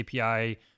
API